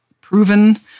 proven